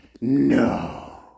No